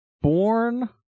born